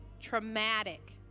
traumatic